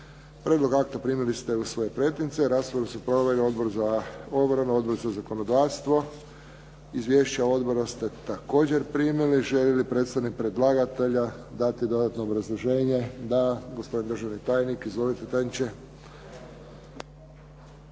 Prijedlog akta primili ste u svoje pretince. Raspravu su proveli Odbor za obranu, Odbor za zakonodavstvo. Izvješća odbor ste također primili. Želi li predstavnik predlagatelja dati dodatno obrazloženje? Da. Gospodin državni tajnik. Izvolite tajniče.